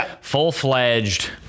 full-fledged